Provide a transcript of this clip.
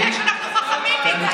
הבעיה היא שאנחנו חכמים מדי,